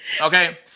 Okay